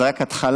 זאת רק התחלה,